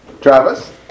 Travis